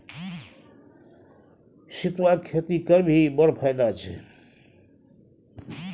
सितुआक खेती करभी बड़ फायदा छै